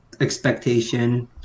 expectation